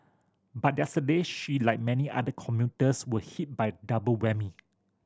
but yesterday she like many other commuters were hit by double whammy